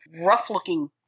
rough-looking